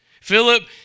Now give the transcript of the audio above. Philip